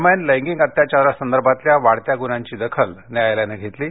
दरम्यान लैंगिक अत्याचारासंदर्भातल्या वाढत्या गुन्ह्यांची दखल सर्वोच्च न्यायालयानं घेतली आहे